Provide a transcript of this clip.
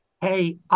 hey